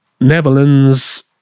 Netherlands